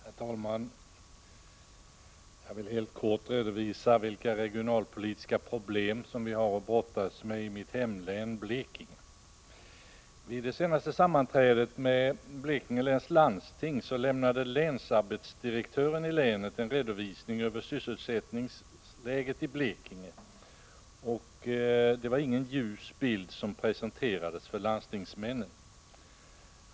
Herr talman! Jag vill helt kort redovisa vilka regionalpolitiska problem som vi har att brottas med i mitt hemlän Blekinge. Vid det senaste sammanträdet med Blekinge läns landsting lämnade länsarbetsdirektören i länet en redovisning över sysselsättningsläget i Blekinge. Det var ingen ljus bild som presenterades för landstingsmännen.